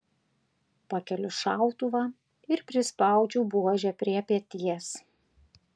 pakeliu šautuvą ir prispaudžiu buožę prie peties